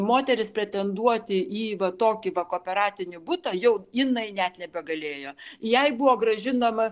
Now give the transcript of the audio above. moteris pretenduoti į va tokį kooperatinį butą jau jinai net nebegalėjo jai buvo grąžinama